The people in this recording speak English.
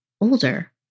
older